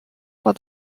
war